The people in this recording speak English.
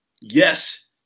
yes